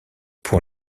pour